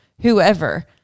whoever